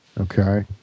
okay